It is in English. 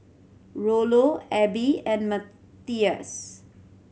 Rollo Abe and Matthias